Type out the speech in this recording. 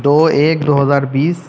دو ایک دو ہزار بیس